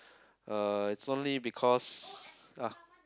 uh it's only because ah